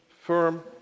firm